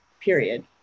period